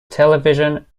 television